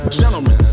gentlemen